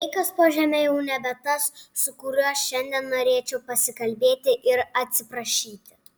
tai kas po žeme jau nebe tas su kuriuo šiandien norėčiau pasikalbėti ir atsiprašyti